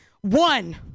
One